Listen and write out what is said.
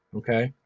okay?